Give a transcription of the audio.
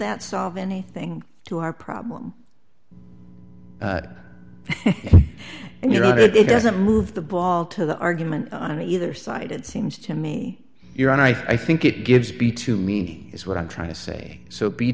that solve anything to our problem and you know it doesn't move the ball to the argument on either side it seems to me you're on i think it gives b to me is what i'm trying to say so be